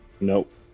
Nope